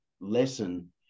lesson